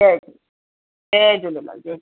जय झूले जय झूलेलाल जय